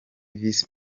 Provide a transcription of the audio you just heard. visi